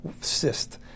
cyst